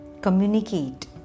Communicate